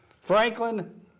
Franklin